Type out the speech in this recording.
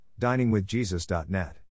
diningwithjesus.net